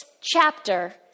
chapter